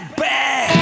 bad